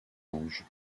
anges